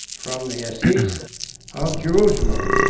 from the assise of jerusalem,